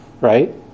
right